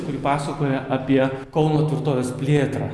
kuri pasakoja apie kauno tvirtovės plėtrą